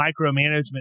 micromanagement